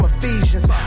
Ephesians